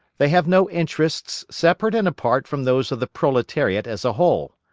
they have no interests separate and apart from those of the proletariat as a whole.